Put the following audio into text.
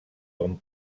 com